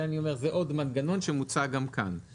זה, אני אומר, זה עוד מנגנון שמוצע גם כאן.